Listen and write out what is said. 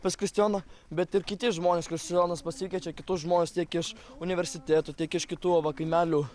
pas kristijoną bet ir kiti žmonės kristijonas pasikviečia kitus žmones tiek iš universitetų tiek iš kitų va kaimelių